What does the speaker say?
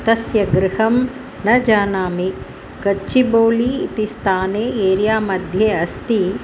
तस्य गृहं न जानामि कच्चिबोळी इति स्थाने एरियामध्ये अस्ति